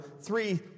three